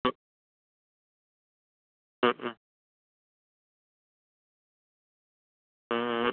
മ് മ് മ് മ്